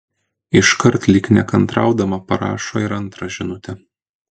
iškart lyg nekantraudama parašo ir antrą žinutę